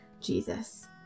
Jesus